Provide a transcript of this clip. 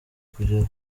kugera